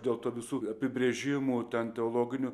dėl to visų apibrėžimų ten teologinių